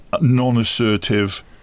non-assertive